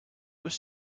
was